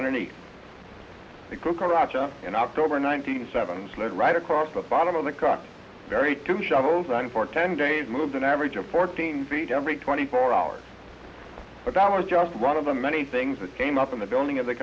underneath the cucaracha in october nineteenth seven slid right across the bottom of the car very to shovels and for ten days moved an average of fourteen feet every twenty four hours but that was just run of the many things that came up in the building of the